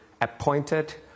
appointed